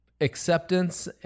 acceptance